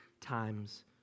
times